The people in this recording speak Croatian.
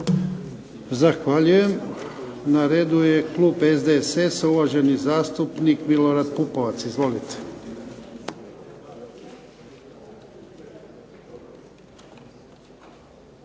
Zahvaljujem. Na redu je klub SDSS-a, uvaženi zastupnik Milorad Pupovac. Izvolite.